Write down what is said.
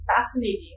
fascinating